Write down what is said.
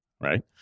right